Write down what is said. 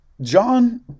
John